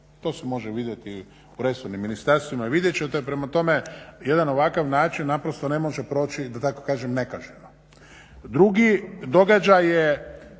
to se može vidjeti u resornim ministarstvima i vidjet ćete. Prema tome, jedan ovakav način naprosto ne može proći da tako kažem nekažnjeno. Drugi događaj je,